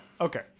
okay